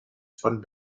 von